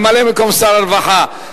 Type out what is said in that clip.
ממלא-מקום שר הרווחה,